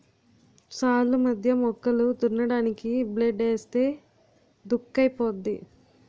సాల్లు మధ్య మొక్కలు దున్నడానికి బ్లేడ్ ఏస్తే దుక్కైపోద్ది